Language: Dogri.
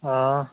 हां